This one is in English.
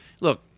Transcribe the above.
Look